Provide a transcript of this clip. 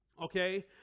Okay